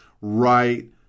right